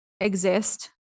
exist